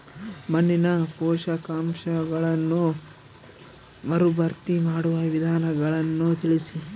ಮಣ್ಣಿನ ಪೋಷಕಾಂಶಗಳನ್ನು ಮರುಭರ್ತಿ ಮಾಡುವ ವಿಧಾನಗಳನ್ನು ತಿಳಿಸಿ?